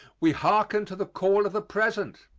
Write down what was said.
we harken to the call of the present.